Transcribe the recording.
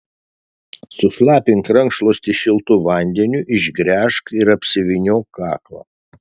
sušlapink rankšluostį šiltu vandeniu išgręžk ir apsivyniok kaklą